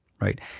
right